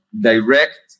direct